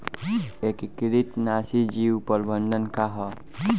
एकीकृत नाशी जीव प्रबंधन का ह?